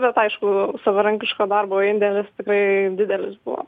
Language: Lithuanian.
bet aišku savarankiško darbo indėlis tikrai didelis buvo